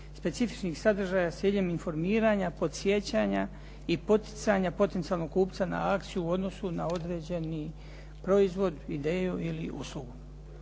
specifičnih sadržaja s ciljem informiranja, podsjećanja i poticanja potencijalnog kupca na akciju u odnosu na određeni proizvod, ideju ili uslugu.